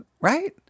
right